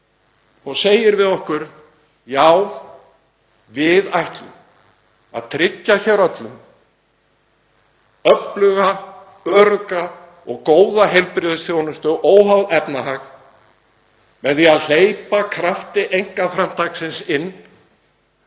hún segir við okkur: Já, við ætlum að tryggja öllum öfluga, örugga og góða heilbrigðisþjónustu óháð efnahag með því að hleypa krafti einkaframtaksins inn